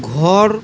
ঘর